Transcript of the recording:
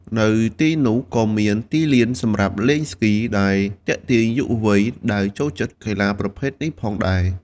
នៅទីនោះក៏មានទីលានសម្រាប់លេងស្គី ដែលទាក់ទាញយុវវ័យដែលចូលចិត្តកីឡាប្រភេទនេះផងដែរ។